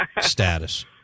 status